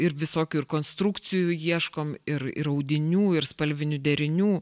ir visokių ir konstrukcijų ieškom ir ir audinių ir spalvinių derinių